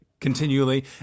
Continually